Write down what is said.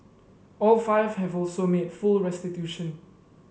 all five have also made full restitution